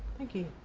thank you.